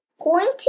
pointing